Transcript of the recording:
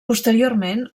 posteriorment